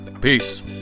Peace